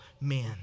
men